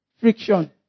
friction